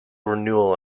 renewal